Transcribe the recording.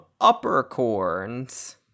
uppercorns